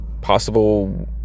possible